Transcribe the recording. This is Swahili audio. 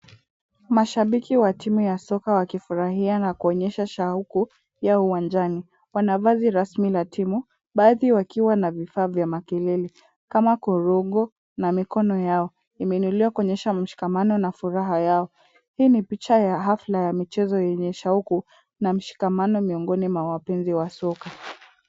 Mashabiki wa timu ya soka wakifurahia na kuonyesha shauku yao uwanjani. Wana vazi rasmi la timu, baadhi wakiwa na vifaa vya makelele kama korongo na mikono yao imeinuliwa kuonyesha mshikamano na furaha yao. Hii ni picha ya hafla ya michezo yenye shauku na mshikamano miongoni mwa wapenzi wa soka.